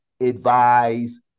advise